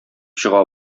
чыга